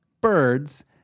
birds